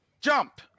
jump